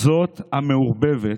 זאת המעורבבת,